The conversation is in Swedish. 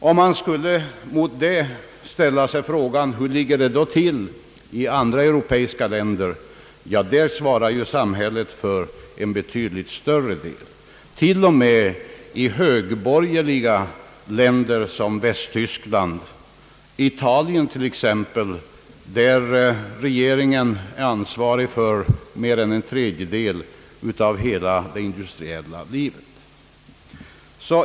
Om man mot detta skulle ställa frågan, hur det ligger till i andra europeiska länder, så svarar samhället där för en betydligt större del, t.o.m. i högborgerliga länder, som Västtyskland, Och i Italien t.ex. är regeringen ansvarig för mer än en tredjedel av hela det industriella livet.